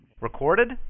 Recorded